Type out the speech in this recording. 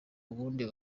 ubundi